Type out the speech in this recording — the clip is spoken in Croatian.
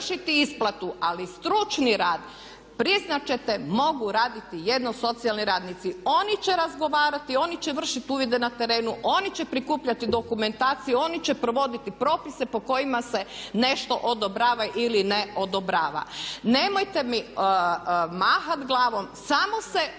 ali stručni rad priznat ćete mogu raditi jedino socijalni radnici. Oni će razgovarati, oni će vršiti uvide na terenu, oni će prikupljati dokumentaciju, oni će provoditi propise po kojima se nešto odobrava ili ne odobrava. Nemojte mi mahat glavom, samo se osvrnite